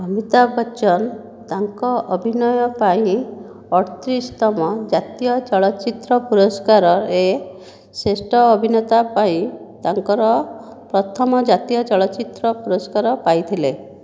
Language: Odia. ଅମିତାଭ ବଚ୍ଚନ ତାଙ୍କ ଅଭିନୟ ପାଇଁ ଅଠତିରିଶ ତୁମ ଜାତୀୟ ଚଳଚ୍ଚିତ୍ର ପୁରସ୍କାରରେ ଶ୍ରେଷ୍ଠ ଅଭିନେତା ପାଇଁ ତାଙ୍କର ପ୍ରଥମ ଜାତୀୟ ଚଳଚ୍ଚିତ୍ର ପୁରସ୍କାର ପାଇଥିଲେ